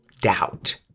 doubt